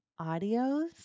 audios